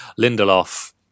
Lindelof